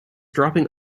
dropping